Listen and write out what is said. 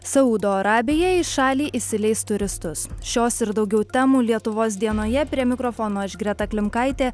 saudo arabija į šalį įsileis turistus šios ir daugiau temų lietuvos dienoje prie mikrofono aš greta klimkaitė